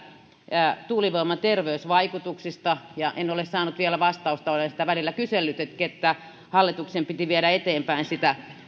tuulivoiman terveysvaikutuksista ja en ole saanut vielä vastausta olen sitä välillä kysellytkin että hallituksen piti viedä eteenpäin sitä